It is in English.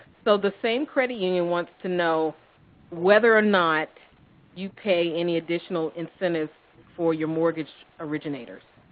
so the same credit union wants to know whether or not you pay any additional incentive for your mortgage originators.